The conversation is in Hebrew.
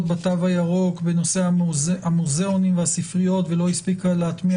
בתו הירוק בנושא המוזיאונים והספריות ולא הספיקה להטמיע